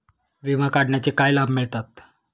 विमा काढण्याचे काय लाभ मिळतात?